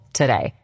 today